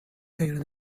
غیر